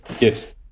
yes